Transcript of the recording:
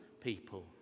people